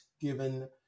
given